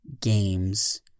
games